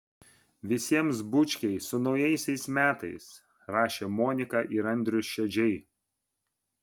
visiems bučkiai su naujaisiais metais rašė monika ir andrius šedžiai